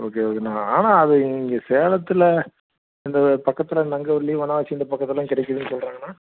okay ஓகேண்ணா ஆனால் அது இங்கே சேலத்தில் இந்த பக்கத்தில் நங்கவல்லி வனவாச்சி இந்த பக்கத்துலலாம் கிடைக்கிதுன்னு சொல்கிறாங்கண்ணா